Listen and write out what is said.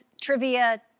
trivia